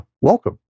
welcome